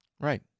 Right